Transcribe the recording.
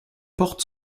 portes